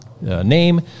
name